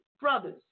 Brothers